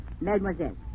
Mademoiselle